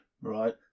Right